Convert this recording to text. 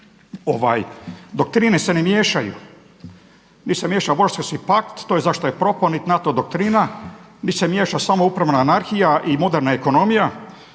Doktrine se ne miješaju, mi se miješamo u Varšavski pakt, to je zato što je propao, niti NATO doktrina, di se miješa samo upravna anarhija i moderna ekonomija.